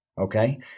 Okay